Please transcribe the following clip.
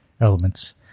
elements